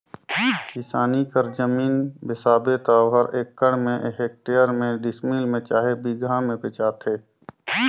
किसानी कर जमीन बेसाबे त ओहर एकड़ में, हेक्टेयर में, डिसमिल में चहे बीघा में बेंचाथे